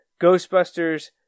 Ghostbusters